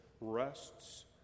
rests